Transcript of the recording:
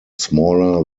smaller